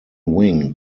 wing